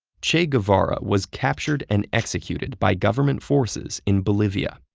che guevara was captured and executed by government forces in bolivia.